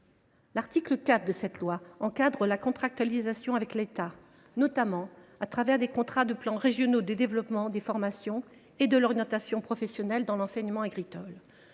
L’article 4 du projet de loi encadre la contractualisation avec l’État, notamment au travers des contrats de plan régionaux de développement des formations et de l’orientation professionnelles (CPRDFOP) dans l’enseignement agricole.